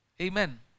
Amen